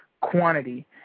quantity